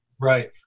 Right